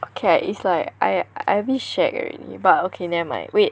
okay lah it's like I a bit shag already but okay never mind wait